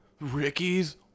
ricky's